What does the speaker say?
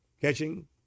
catching